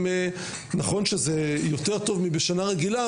נכון שזה יותר טוב מבשנה רגילה,